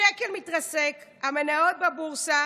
השקל מתרסק, המניות בבורסה,